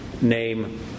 name